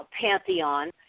pantheon